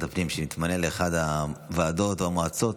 הפנים שיתמנה לאחת הוועדות או המועצות